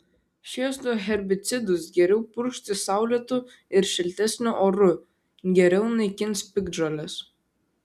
šiuos du herbicidus geriau purkšti saulėtu ir šiltesniu oru geriau naikins piktžoles